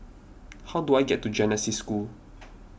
how do I get to Genesis School